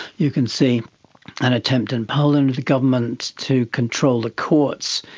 you can see an attempt in poland of the government to control the courts.